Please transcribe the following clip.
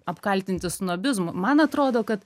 apkaltinti snobizmu man atrodo kad